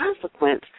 consequence